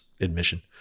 admission